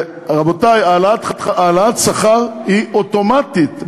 רבותי, העלאת השכר היא אוטומטית.